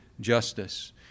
justice